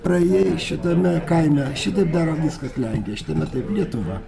praėjai šitame kaime šitaip daro viskas lenkija šitame taip lietuva